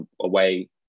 away